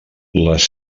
les